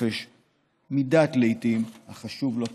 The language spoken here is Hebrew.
ובחופש מדת, לעיתים, החשוב לא פחות.